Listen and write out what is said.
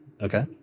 Okay